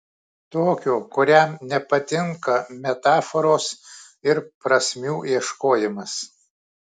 tokio kuriam nepatinka metaforos ir prasmių ieškojimas